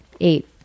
eight